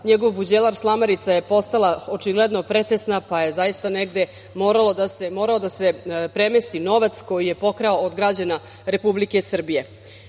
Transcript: njegov buđelar, slamarica je postala očigledno pretesna, pa je zaista negde morao da se premesti novac koji je pokrao od građana Republike Srbije. Upravo